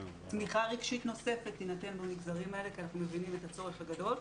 תמיכה רגשית נוספת תינתן במגזרים האלה כי אנחנו מבינים את הצורך הגדול.